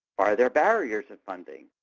are there barriers to funding?